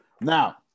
Now